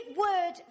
word